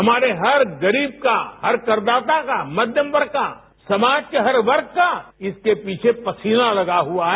हमारे हर गरीब का हर करदाता का मध्यम वर्ग का समाज के हर वर्ग का इसके पसीना लगा हुआ है